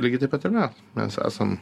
lygiai taip pat ir me mes esam